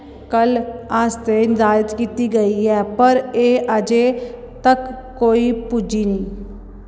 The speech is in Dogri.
कल्ल आस्तै निर्धारत कीती गेई ऐ पर एह् अजें तक कोई पुज्जी निं